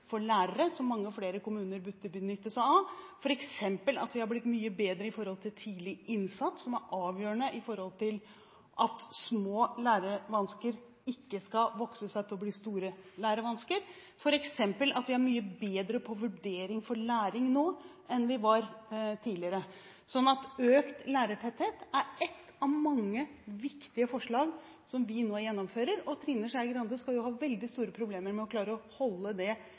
for lærere, som mange flere kommuner burde benytte seg av, f.eks. at vi har blitt mye bedre i forhold til tidlig innsats, som er avgjørende for at små lærevansker ikke skal vokse seg til å bli store lærevansker, f.eks. at vi er mye bedre på vurdering for læring nå enn vi var tidligere. Økt lærertetthet er ett av mange viktige forslag som vi nå gjennomfører. Trine Skei Grande skal ha veldig store problemer med å klare å holde det